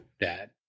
Dad